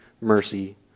mercy